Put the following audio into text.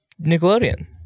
Nickelodeon